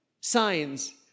signs